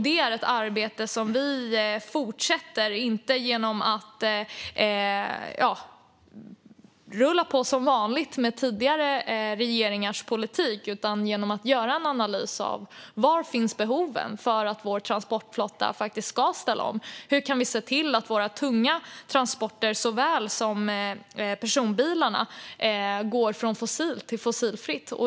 Detta är ett arbete som vi fortsätter, inte genom att rulla på som vanligt med tidigare regeringars politik utan genom att göra en analys: Var finns behoven för att vår transportflotta faktiskt ska kunna ställa om? Hur kan vi se till att såväl våra tunga transporter som personbilarna går från fossilt till fossilfritt?